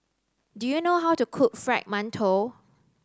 do you know how to cook fried mantou